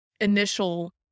initial